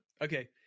Okay